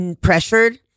pressured